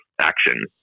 action